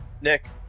Nick